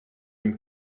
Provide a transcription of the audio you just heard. dem